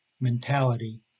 mentality